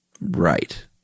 Right